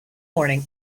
morning